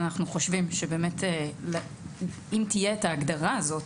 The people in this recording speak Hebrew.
אנחנו חושבים שבאמת אם תהיה ההגדרה הזאת,